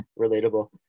Relatable